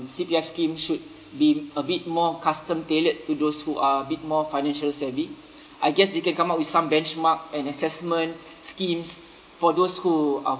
C_P_F scheme should be a bit more custom tailored to those who are a bit more financial savvy I guess they can come up with some benchmark and assessment schemes for those who are